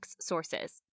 sources